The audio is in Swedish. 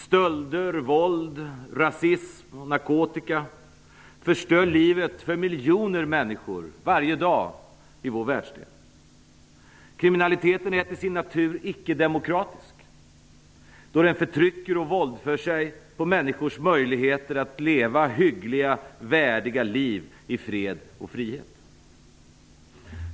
Stölder, våld, rasism och narkotika förstör livet för miljoner människor varje dag i vår världsdel. Kriminaliteten är till sin natur ickedemokratisk, då den förtrycker och våldför sig på människors möjligheter att leva hyggliga, värdiga liv i fred och frihet.